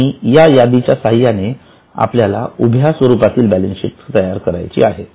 आणि या यादी च्या साह्याने आपल्याला उभ्या स्वरूपातील बॅलन्स शीट तयार करायची आहे